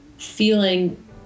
feeling